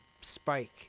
spike